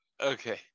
Okay